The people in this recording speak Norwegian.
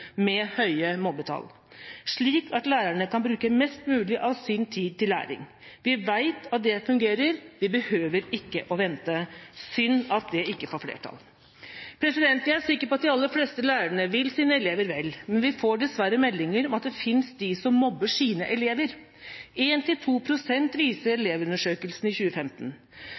med høye mobbetall, slik at lærerne kan bruke mest mulig av sin tid til læring. Vi vet at det fungerer. Vi behøver ikke å vente. Det er synd at det ikke får flertall. Jeg er sikker på at de aller fleste lærere vil sine elever vel, men vi får dessverre meldinger om at det finnes de som mobber sine elever: 1–2 pst. viser Elevundersøkelsen i 2015.